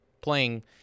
playing